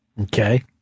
Okay